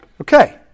Okay